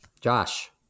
Josh